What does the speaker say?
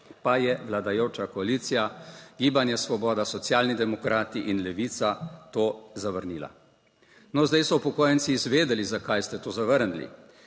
pa je vladajoča koalicija, Gibanje svoboda, Socialni demokrati in Levica to zavrnila. No, zdaj so upokojenci izvedeli zakaj ste to zavrnili